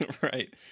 right